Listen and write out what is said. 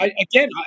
again